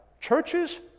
churches